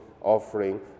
offering